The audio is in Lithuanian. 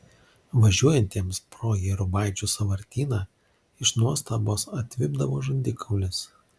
važiuojantiems pro jėrubaičių sąvartyną iš nuostabos atvipdavo žandikaulis